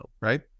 right